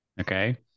Okay